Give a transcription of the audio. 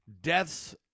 Deaths